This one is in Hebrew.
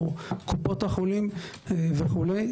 קופות החולים וכו'.